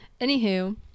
anywho